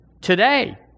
today